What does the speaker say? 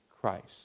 Christ